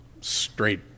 straight